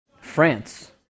France